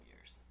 years